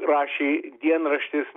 rašė dienraštis